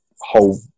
whole